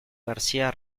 garcía